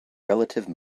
relative